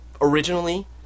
originally